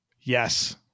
Yes